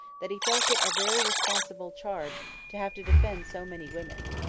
that he felt it a very responsible charge to have to defend so many women.